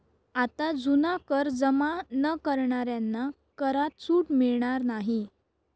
आता जुना कर जमा न करणाऱ्यांना करात सूट मिळणार नाही